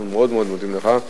אנחנו מאוד מאוד מודים לך,